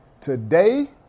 today